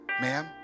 Ma'am